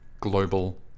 global